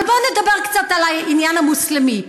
אבל בואו נדבר קצת על העניין המוסלמי.